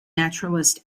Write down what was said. naturalist